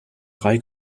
drei